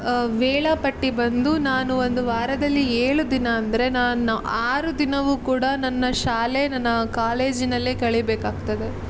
ವೇಳಾಪಟ್ಟಿ ಬಂದು ನಾನು ಒಂದು ವಾರದಲ್ಲಿ ಏಳು ದಿನ ಅಂದರೆ ನಾನು ಆರು ದಿನವೂ ಕೂಡ ನನ್ನ ಶಾಲೆ ನನ್ನ ಕಾಲೇಜಿನಲ್ಲೇ ಕಳೆಬೇಕಾಗ್ತದೆ